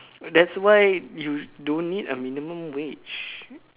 that's why you don't need a minimum wage